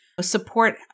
support